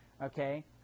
okay